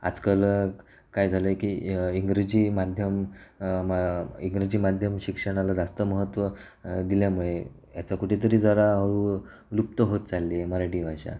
आजकाल काय झालं आहे की इंग्रजी माध्यम इंग्रजी माध्यम शिक्षणाला जास्त महत्त्व दिल्यामुळे याचा कुठेतरी जरा हळू लुप्त होत चालली आहे मराठी भाषा